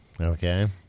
Okay